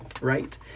right